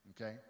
okay